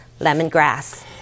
lemongrass